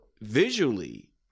visually